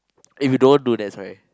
if you don't do that sorry